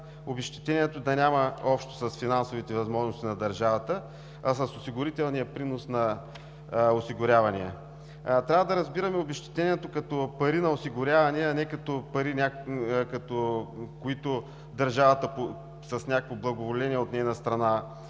обезщетението да няма общо с финансовите възможности на държавата, а с осигурителния принос на осигурявания. Трябва да разбираме обезщетението като пари на осигуряване, а не като пари, които държавата с някакво благоволение от нейна страна